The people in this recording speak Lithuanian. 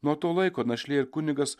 nuo to laiko našlė ir kunigas